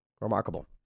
Remarkable